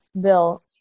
Bill